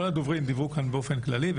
כל הדוברים דיברו כאן באופן כללי,